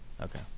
Okay